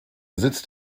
sitzt